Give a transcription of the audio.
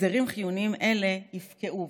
הסדרים חיוניים אלה יפקעו,